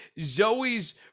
Zoe's